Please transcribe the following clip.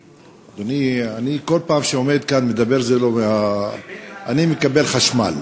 אדוני, כל פעם שאני עומד פה ומדבר, אני מקבל חשמל.